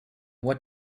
what